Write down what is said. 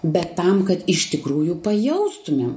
bet tam kad iš tikrųjų pajaustumėm